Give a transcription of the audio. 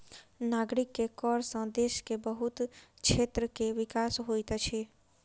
नागरिक के कर सॅ देश के बहुत क्षेत्र के विकास होइत अछि